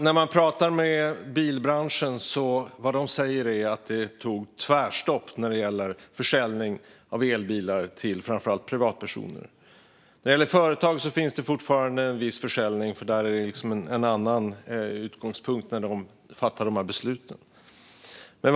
När man pratar med bilbranschen säger de att försäljningen av elbilar till framför allt privatpersoner tog tvärstopp. När det gäller företag finns fortfarande en viss försäljning, för där är utgångspunkten en annan när dessa beslut fattas.